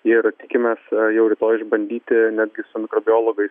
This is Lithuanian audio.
ir tikimės jau rytoj išbandyti netgi su mikrobiologais